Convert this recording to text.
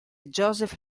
joseph